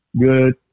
Good